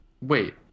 Wait